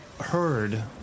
heard